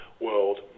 world